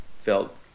felt